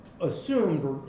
assumed